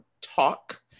talk